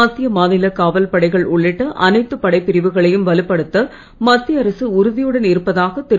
மத்திய மாநில காவல்படைகள் உள்ளிட்ட அனைத்து படைப்பிரிவுகளையும் வலுப்படுத்த மத்திய அரசு உறுதியுடன் இருப்பதாக திரு